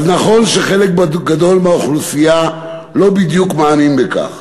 אז נכון שחלק גדול מהאוכלוסייה לא בדיוק מאמין בכך,